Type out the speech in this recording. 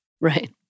Right